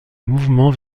mouvement